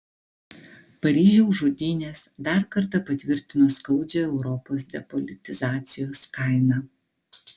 paryžiaus žudynės dar kartą patvirtino skaudžią europos depolitizacijos kainą